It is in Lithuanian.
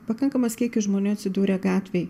pakankamas kiekis žmonių atsidūrė gatvėj